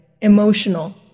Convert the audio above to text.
emotional